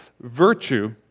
virtue